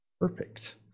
Perfect